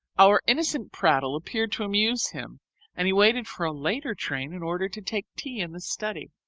our innocent prattle appeared to amuse him and he waited for a later train in order to take tea in the study.